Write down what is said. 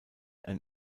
ein